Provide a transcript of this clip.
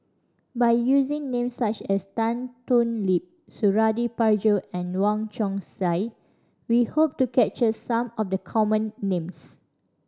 by using names such as Tan Thoon Lip Suradi Parjo and Wong Chong Sai we hope to capture some of the common names